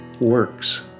works